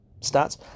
stats